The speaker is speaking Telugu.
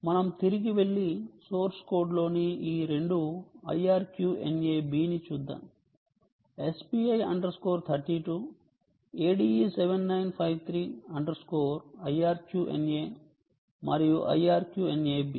మనం తిరిగి వెళ్లి సోర్స్ కోడ్లోని ఈ రెండు IRQNA B ని చూద్దాం SPI 32 ADE7953 IRQNA మరియు IRQNAB